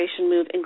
move